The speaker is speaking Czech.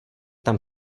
tam